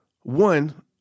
one